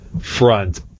front